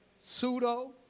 pseudo